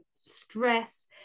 stress